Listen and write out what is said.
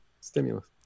Stimulus